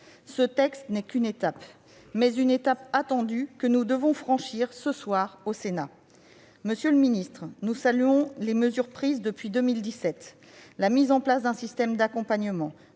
Ce texte n'est qu'une étape, mais c'est une étape attendue, que nous devons franchir, ce soir, au Sénat. Monsieur le ministre, nous saluons les mesures prises depuis 2017 : la mise en place d'un système d'accompagnement,